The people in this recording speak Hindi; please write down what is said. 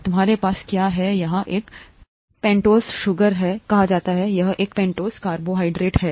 तुम्हारे पास क्या है यहाँ एक पेन्टोज़ चीनी कहा जाता है यहाँ एक पेन्टोज़ कार्बोहाइड्रेट है